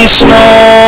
snow